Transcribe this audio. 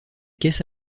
caisses